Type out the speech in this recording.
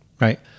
Right